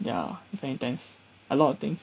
ya ten times a lot of thing